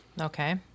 Okay